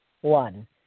One